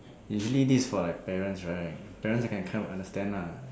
is usually this for like parents right parents can kind of understand lah